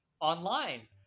online